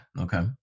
Okay